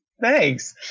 Thanks